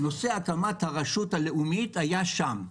נושא הקמת הרשות הלאומית היה שם.